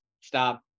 stop